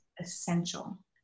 Essential